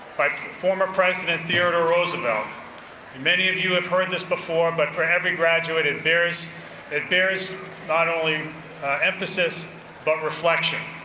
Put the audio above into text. by former president, theodore roosevelt. and many of you have heard this before, but for every graduated, there's there's not only emphasis but reflection.